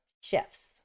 shifts